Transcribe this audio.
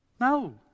No